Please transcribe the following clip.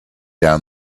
down